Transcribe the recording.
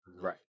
Right